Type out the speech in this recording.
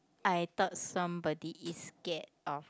I thought somebody is scared of